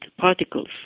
particles